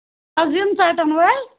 اَز یِن ژَٹن وٲلۍ